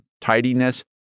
tidiness